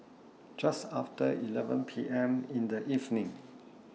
Just after eleven P M in The evening